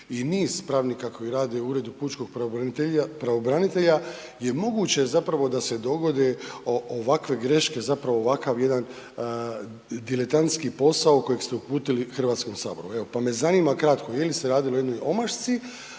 i niz pravnika koji rade u Uredu pučkog pravobranitelja je moguće zapravo da se dogode ovakve greške, zapravo ovakav jedan diletantski posao kojeg ste uputili Hrvatskom saboru? Evo, pa me zanima kratko, je li se radilo o jednoj omašci